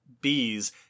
bees